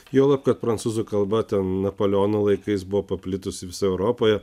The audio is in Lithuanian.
juolab kad prancūzų kalba ten napoleono laikais buvo paplitusi visoje europoje